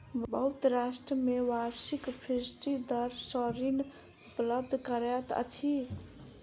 बहुत राष्ट्र में वार्षिक फीसदी दर सॅ ऋण उपलब्ध करैत अछि